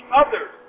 others